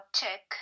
check